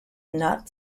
not